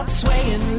Swaying